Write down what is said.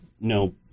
No